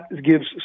gives